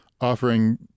offering